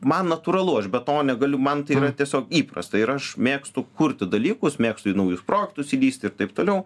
man natūralu aš be to negaliu man tai yra tiesiog įprasta ir aš mėgstu kurti dalykus mėgstu į naujus projektus įlįsti ir taip toliau